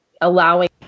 allowing